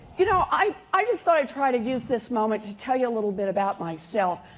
you know, i i just thought i'd try to use this moment to tell you a little bit about myself.